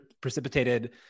precipitated